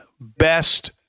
best